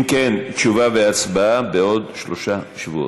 אם כן, תשובה והצבעה בעוד שלושה שבועות.